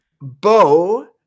Bo